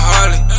Harley